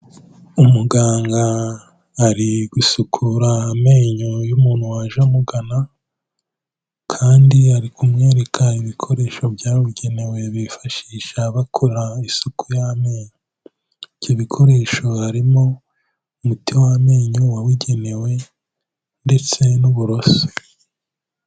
Umuganga ari gusukura amenyo y'umuntu waje amugana kandi ari kumwereka ibikoresho byabugenewe bifashisha bakora isuku y'amenyo, ibyo bikoresho harimo umuti w'amenyo wabugenewe ndetse n'uburoso.